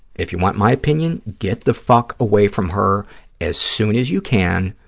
if you want my opinion, get the fuck away from her as soon as you can.